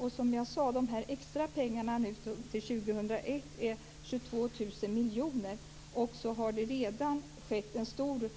Det kommer extra pengar till 2001 - 22 000 miljoner. Det har redan skett en stor